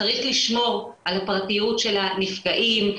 צריך לשמור על הפרטיות של הנפגעים,